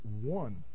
one